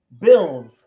Bills